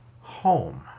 Home